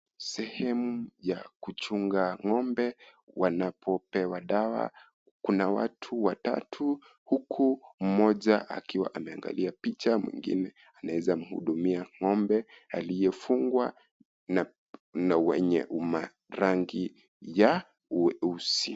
Sehemu ya kuchunga ng'ombe, wanapopewa dawa. Kuna watu watatu huku mmoja akiwa ameangalia picha, mwingine anaeza mhudumia ng'ombe aliyefungwa na wenye umarangi ya ueusi.